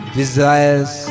desires